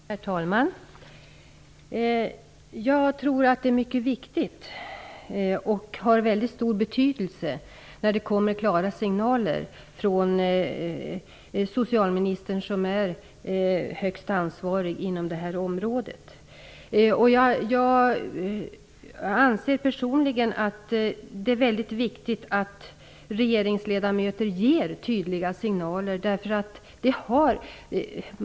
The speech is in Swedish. Herr talman! Jag tror att det är mycket viktigt och har väldigt stor betydelse när det kommer klara signaler från socialministern som är högst ansvarig inom det här området. Jag anser personligen att det är mycket viktigt att regeringsledamöter ger tydliga signaler.